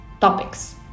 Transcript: topics